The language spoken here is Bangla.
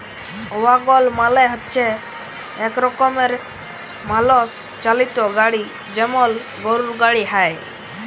ওয়াগল মালে হচ্যে এক রকমের মালষ চালিত গাড়ি যেমল গরুর গাড়ি হ্যয়